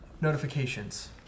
notifications